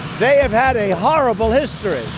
they have had a horrible history.